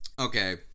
okay